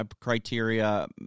criteria